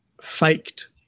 faked